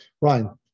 Ryan